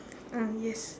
ah yes